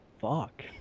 fuck